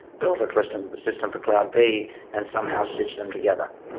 build a system system for cloud b and somehow stitch them together.